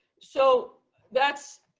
so that's